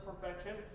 perfection